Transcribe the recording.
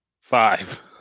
Five